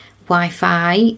Wi-Fi